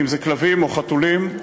אם כלבים או חתולים,